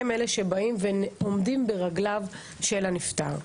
הם אלה שבאים ועומדים ברגליו של הנפטר.